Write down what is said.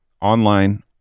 online